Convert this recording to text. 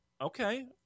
okay